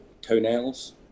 toenails